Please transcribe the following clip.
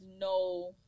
no